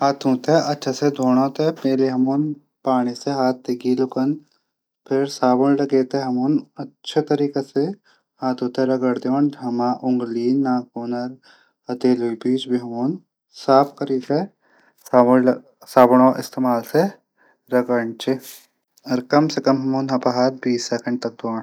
हाथों थै अछा धूणो तै पाणी थै हाथ गिला कन फिर साबुन लगै अच्छा से हाथों तै रंगण हमर उंगली नाखून हथेलियों बीच भी साफ करी तै साबुन इस्तेमाल से रगण कम कम अपड हाथों थै बीस सेकेंड तक रंगड